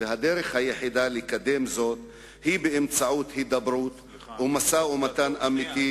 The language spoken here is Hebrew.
והדרך היחידה לקדם זאת היא באמצעות הידברות ומשא-ומתן אמיתי,